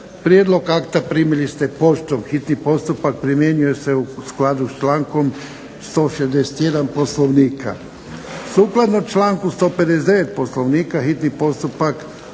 Prijedlog akta primili ste poštom. Hitni postupak primjenjuje se u skladu s člankom 161. Poslovnika. Sukladno članku 159. Poslovnika hitni postupak